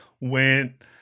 went